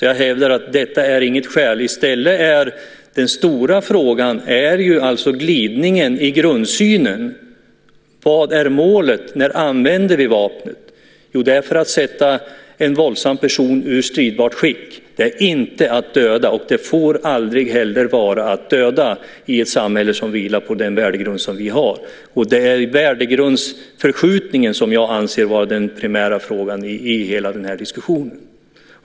Jag hävdar alltså att detta inte är något skäl. Den stora frågan är i stället glidningen i grundsynen. Vad är målet? När använder vi vapnet? Jo, det är för att sätta en våldsam person ur stridbart skick. Det är inte för att döda, och det får heller aldrig vara att döda i ett samhälle som vilar på den värdegrund som vi har. Det är värdegrundsförskjutningen som jag anser vara den primära frågan i hela den här diskussionen.